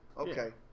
Okay